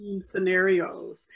scenarios